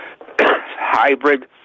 hybrid